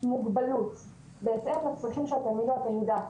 מוגבלות בהתאם לצרכים של התלמיד או התלמידה.